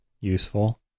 useful